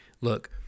look